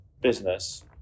business